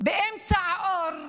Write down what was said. באמצע האור,